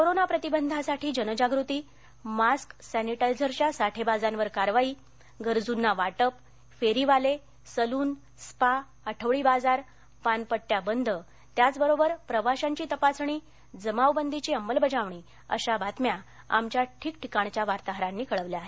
corona प्रतिबंधासाठी जनजागृती mask सॅनिटायझरच्या साठेबाजांवर कारवाई गरजूंना वाटप फेरीवाले सलून स्पा आठवडी बाजार पानटपऱ्या बंद त्याच बरोबर प्रवाशांची तपासणी जमावबंदीची अंमलबजावणी अशा बातम्या आमच्या ठिकठिकाणच्या वार्ताहरांनी कळविल्या आहेत